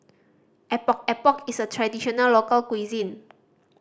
Epok Epok is a traditional local cuisine